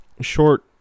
short